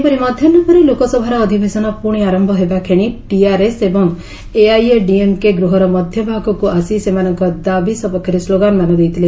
ସେହିପରି ମଧ୍ୟାହୁ ପରେ ଲୋକସଭାର ଅଧିବେଶନ ପୁଣି ଆରମ୍ଭ ହେବାକ୍ଷଣି ଟିଆରଏସ୍ ଏବଂ ଏଆଇଏଡିଏମ୍କେ ଗୃହର ମଧ୍ୟଭାଗକୁ ଆସି ସେମାନଙ୍କ ଦାବି ସପକ୍ଷରେ ସ୍କୋଗାନମାନ ଦେଇଥିଲେ